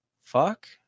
Fuck